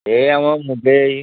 ଏ ଆମ ମୁଗେଇ